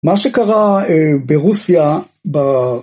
מה שקרה ברוסיה ב...